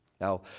Now